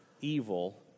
evil